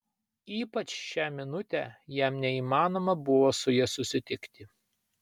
ypač šią minutę jam neįmanoma buvo su ja susitikti